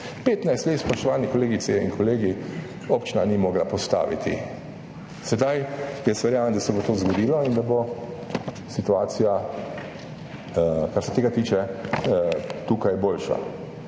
15 let, spoštovane kolegice in kolegi, je občina ni mogla postaviti. Jaz verjamem, da se bo sedaj to zgodilo in da bo situacija, kar se tega tiče, tukaj boljša.